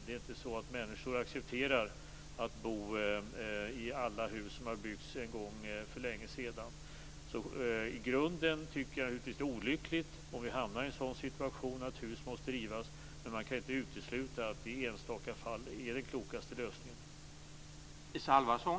Det är inte så att människor accepterar att bo i alla hus som har byggts en gång för länge sedan. I grunden tycker jag naturligtvis att det är olyckligt om vi hamnar i en sådan situation att hus måste rivas, men man kan inte utesluta att det i enstaka fall är den klokaste lösningen.